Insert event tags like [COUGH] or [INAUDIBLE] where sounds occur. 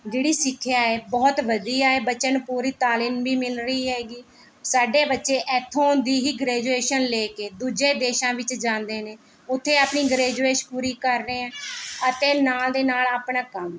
ਜਿਹੜੀ ਸਿੱਖਿਆ ਹੈ ਬਹੁਤ ਵਧੀਆ ਹੈ ਬੱਚਿਆਂ ਨੂੰ ਪੂਰੀ ਤਾਲੀਮ ਵੀ ਮਿਲ ਰਹੀ ਹੈ ਗੀ ਸਾਡੇ ਬੱਚੇ ਇਥੋਂ ਦੀ ਹੀ ਗ੍ਰੈਜੁਏਸ਼ਨ ਲੈ ਕੇ ਦੂਜੇ ਦੇਸ਼ਾਂ ਵਿੱਚ ਜਾਂਦੇ ਨੇ ਉੱਥੇ ਆਪਣੀ [UNINTELLIGIBLE] ਪੂਰੀ ਕਰ ਰਹੇ ਹੈ ਅਤੇ ਨਾਲ ਦੇ ਨਾਲ ਆਪਣਾ ਕੰਮ ਵੀ